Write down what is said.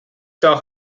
doch